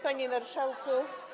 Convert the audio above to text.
Panie Marszałku!